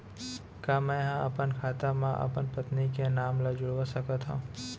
का मैं ह अपन खाता म अपन पत्नी के नाम ला जुड़वा सकथव?